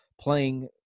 playing